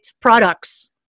products